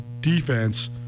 defense